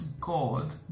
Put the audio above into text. God